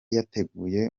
yateguye